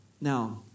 Now